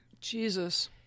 Jesus